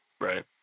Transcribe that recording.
Right